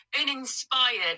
uninspired